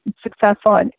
successful